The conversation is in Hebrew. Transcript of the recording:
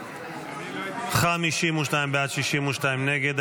52 בעד, 62 נגד.